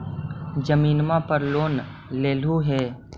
जमीनवा पर लोन लेलहु हे?